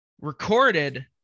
recorded